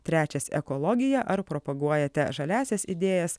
trečias ekologija ar propaguojate žaliąsias idėjas